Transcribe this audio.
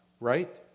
right